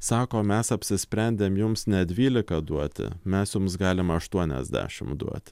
sako mes apsisprendėm jums net dvylika duoti mes jums galim aštuoniasdešim duot